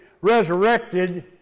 resurrected